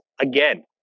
again